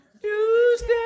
Tuesday